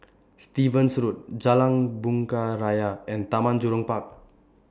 Stevens Road Jalan Bunga Raya and Taman Jurong Park